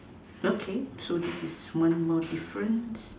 okay so this is one more difference